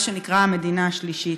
מה שנקרא המדינה השלישית.